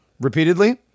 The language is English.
repeatedly